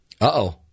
Uh-oh